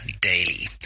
daily